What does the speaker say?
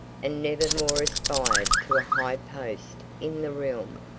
and never more aspired to a high post in the realm,